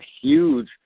huge